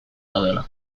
daudela